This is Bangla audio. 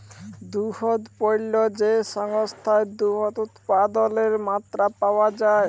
দুহুদ পল্য যে সংস্থায় দুহুদ উৎপাদলের মাত্রা পাউয়া যায়